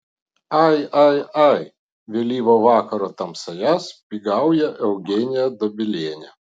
ai ai ai vėlyvo vakaro tamsoje spygauja eugenija dobilienė